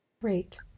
Great